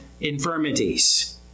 infirmities